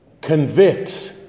convicts